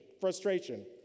Frustration